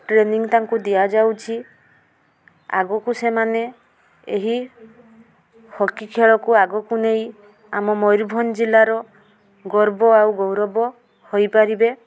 training ତାଙ୍କୁ ଦିଆଯାଉଛି ଆଗକୁ ସେମାନେ ଏହି ହକି ଖେଳକୁ ଆଗକୁ ନେଇ ଆମ ମୟୂରଭଞ୍ଜ ଜିଲ୍ଲାର ଗର୍ବ ଆଉ ଗୌରବ ହୋଇପାରିବେ